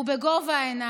ובגובה העיניים.